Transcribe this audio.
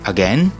Again